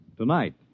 Tonight